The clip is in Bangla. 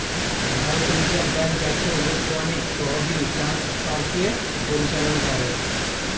ভারতের রিজার্ভ ব্যাঙ্ক জাতীয় ইলেকট্রনিক তহবিল ট্রান্সফারকে পরিচালনা করে